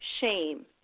shame